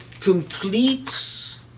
completes